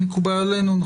מקובל עלינו?